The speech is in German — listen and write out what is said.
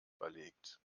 verlegt